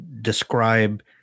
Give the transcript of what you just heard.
describe